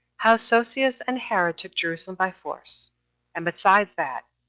how sosius and herod took jerusalem by force and besides that,